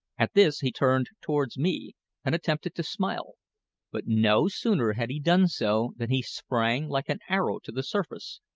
at this he turned towards me and attempted to smile but no sooner had he done so than he sprang like an arrow to the surface,